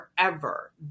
forever